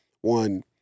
one